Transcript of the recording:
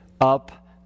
up